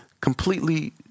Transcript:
completely